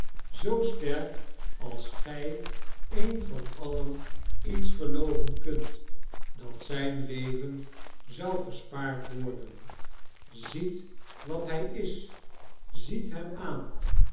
zoo sterk als gij een van alien iets gelooven kunt dat zijn leven zou gespaard worden ziet wat hij is ziet hem aan